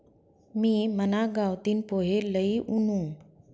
मी मना गावतीन पोहे लई वुनू